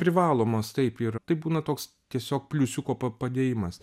privalomos taip ir tai būna toks tiesiog pliusiuko pa padėjimas